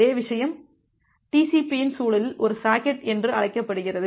அதே விஷயம் TCP இன் சூழலில் ஒரு சாக்கெட் என்று அழைக்கப்படுகிறது